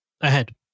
ahead